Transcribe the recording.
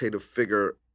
figure